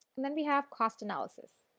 and then we have cost analysis.